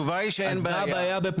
אז מה הבעיה?